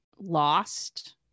lost